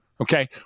Okay